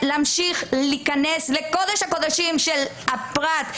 להמשיך להיכנס לקודש הקודשים של הפרט,